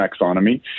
taxonomy